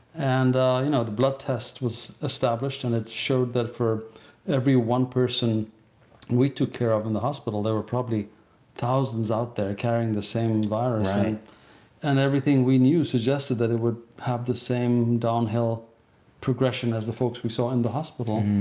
and you know the blood test was established and it showed that for every one person we took care of in the hospital, there were probably thousands out there carrying the same virus and everything we knew suggested that it would have the same downhill progression as the folks who saw it in the hospital.